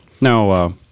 no